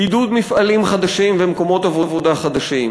עידוד מפעלים חדשים ומקומות עבודה חדשים,